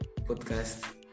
podcast